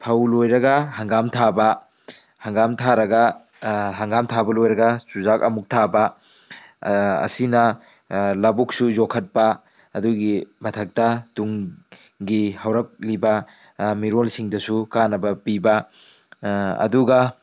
ꯐꯧ ꯂꯣꯏꯔꯒ ꯍꯪꯒꯥꯝ ꯊꯥꯕ ꯍꯪꯒꯥꯝ ꯊꯥꯔꯒ ꯍꯪꯒꯥꯝ ꯊꯥꯕ ꯂꯣꯏꯔꯒ ꯆꯨꯖꯥꯛ ꯑꯃꯨꯛ ꯊꯥꯕ ꯑꯁꯤꯅ ꯂꯧꯕꯨꯛꯁꯨ ꯌꯣꯛꯈꯠꯄ ꯑꯗꯨꯒꯤ ꯃꯊꯛꯇ ꯇꯨꯡꯒꯤ ꯍꯧꯔꯛꯂꯤꯕ ꯃꯤꯔꯣꯜꯁꯤꯡꯗꯁꯨ ꯀꯥꯟꯅꯕ ꯄꯤꯕ ꯑꯗꯨꯒ